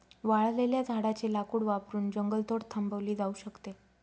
वाळलेल्या झाडाचे लाकूड वापरून जंगलतोड थांबवली जाऊ शकते